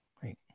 great